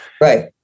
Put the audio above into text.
Right